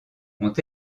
ont